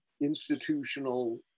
institutional